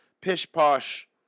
pish-posh